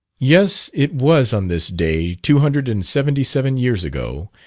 yes, it was on this day, two hundred and seventy-seven years ago,